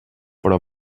però